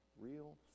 Real